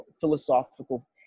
philosophical